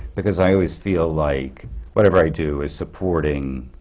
because i always feel like whatever i do is supporting